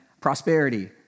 prosperity